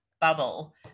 bubble